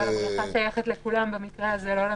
אבל הבריכה שייכת לכולם במקרה הזה, לא למציל.